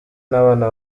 n’abana